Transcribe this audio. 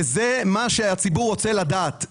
וזה מה שהציבור בישראל רוצה לדעת.